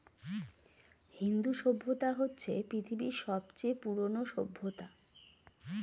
হিন্দু সভ্যতা হচ্ছে পৃথিবীর সবচেয়ে পুরোনো সভ্যতা